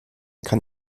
kann